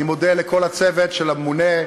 אני מודה לכל הצוות של הממונה,